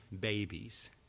babies